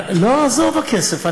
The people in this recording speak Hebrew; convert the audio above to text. עזוב את הכסף.